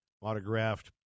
autographed